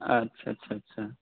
आत्सा सा सा सा